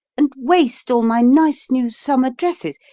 and waste all my nice new summer dresses.